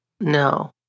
No